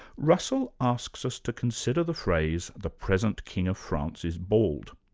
russell asks us to consider the phrase, the present king of france is bald.